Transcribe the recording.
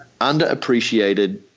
underappreciated